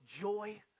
joy